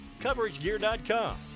CoverageGear.com